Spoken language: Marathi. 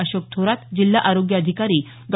अशोक थोरात जिल्हा आरोग्य अधिकारी डॉ